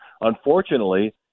Unfortunately